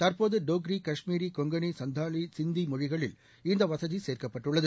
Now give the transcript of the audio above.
தற்போது டோக்ரி கஷ்மீரி கொங்கனி சந்தாளி சிந்தி மொழிகளில் இந்த வசதி சேர்க்கப்பட்டுள்ளது